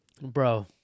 Bro